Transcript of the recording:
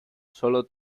solo